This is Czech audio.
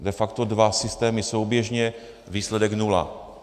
De facto dva systémy souběžně, výsledek nula.